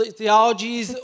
theologies